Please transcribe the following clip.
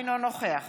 אינו נוכח